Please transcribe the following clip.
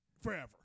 forever